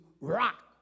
rock